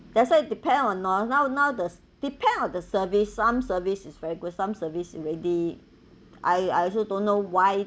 that's why depend on oh now now the the depend on the service lah some service is very good some service already I I also don't know why